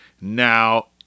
Now